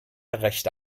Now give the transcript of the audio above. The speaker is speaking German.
rechte